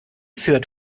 führt